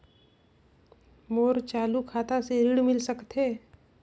मोर चालू खाता से ऋण मिल सकथे?